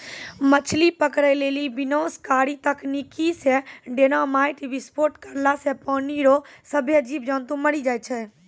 मछली पकड़ै लेली विनाशकारी तकनीकी से डेनामाईट विस्फोट करला से पानी रो सभ्भे जीब जन्तु मरी जाय छै